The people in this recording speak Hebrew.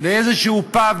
לאיזה פאב,